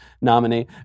nominee